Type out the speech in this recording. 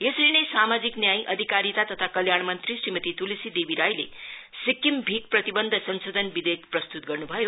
यसरी नै सामाजिक न्याय अधिकारिता तथा कल्याण मंत्री श्रीमती तुलसी देवी राईले सिक्किम भीख प्ररिबन्ध सशोधन विधेयकमाथि प्रस्तुत गर्नु भयो